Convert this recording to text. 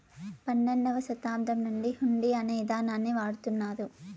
పన్నెండవ శతాబ్దం నుండి హుండీ అనే ఇదానాన్ని వాడుతున్నారు